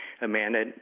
Amanda